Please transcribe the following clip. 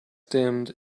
dimmed